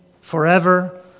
forever